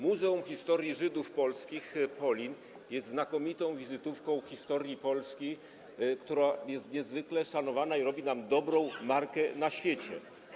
Muzeum Historii Żydów Polskich POLIN jest znakomitą wizytówką historii Polski, jest niezwykle szanowane i robi nam dobrą markę na świecie.